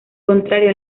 contrario